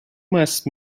must